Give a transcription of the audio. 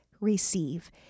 receive